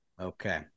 Okay